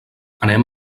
anem